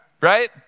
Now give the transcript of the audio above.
Right